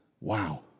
Wow